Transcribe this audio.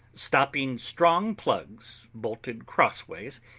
stopping strong plugs, bolted crossways,